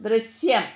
ദൃശ്യം